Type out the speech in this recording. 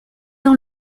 dans